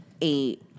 eight